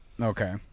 Okay